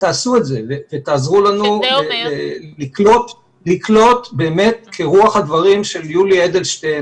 תעשו את זה ותעזרו לנו לקלוט באמת כרוח הדברים של יולי אדלשטיין,